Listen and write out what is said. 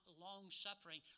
long-suffering